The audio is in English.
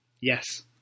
Yes